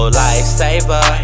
lifesaver